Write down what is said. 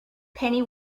penny